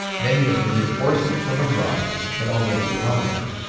many of the reinforcements from abroad had already arrived,